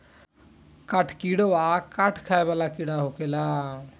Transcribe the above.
काठ किड़वा काठ खाए वाला कीड़ा होखेले